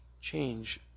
change